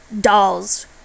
dolls